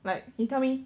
like he tell me